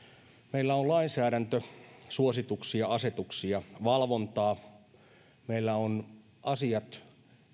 meillä on lainsäädäntö suosituksia asetuksia valvontaa meillä on asiat